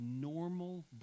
normal